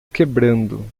quebrando